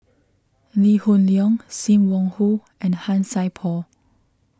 Lee Hoon Leong Sim Wong Hoo and Han Sai Por